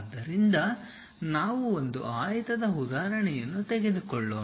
ಆದ್ದರಿಂದ ನಾವು ಒಂದು ಆಯತದ ಉದಾಹರಣೆಯನ್ನು ತೆಗೆದುಕೊಳ್ಳೋಣ